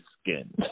skin